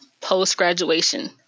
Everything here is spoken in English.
post-graduation